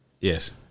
Yes